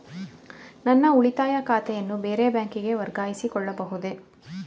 ನನ್ನ ಉಳಿತಾಯ ಖಾತೆಯನ್ನು ಬೇರೆ ಬ್ಯಾಂಕಿಗೆ ವರ್ಗಾಯಿಸಿಕೊಳ್ಳಬಹುದೇ?